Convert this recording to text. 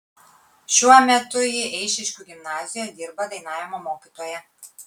šiuo metu ji eišiškių gimnazijoje dirba dainavimo mokytoja